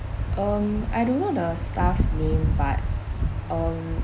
um I don't know the staff's name but um